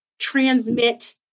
transmit